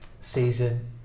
season